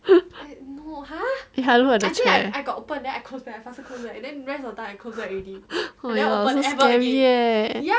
ya I looked at the chair oh my god so scary eh